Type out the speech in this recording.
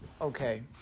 Okay